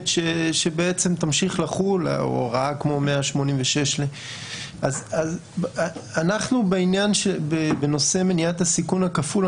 שבעצם תמשיך לחול או הוראה כמו 186. בנושא מניעת הסיכון הכפול,